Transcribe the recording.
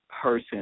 person